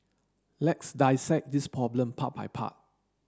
let's dissect this problem part by part